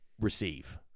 receive